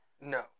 No